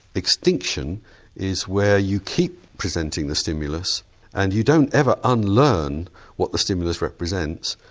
extinction is where you keep presenting the stimulus and you don't ever unlearn what the stimulus represents,